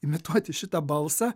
imituoti šitą balsą